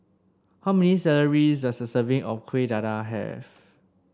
how many does a serving of Kueh Dadar have